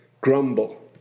grumble